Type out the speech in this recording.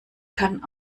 kann